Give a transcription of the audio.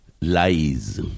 lies